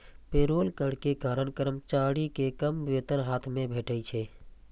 payroll कर के कारण कर्मचारी कें कम वेतन हाथ मे भेटै छै